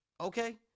okay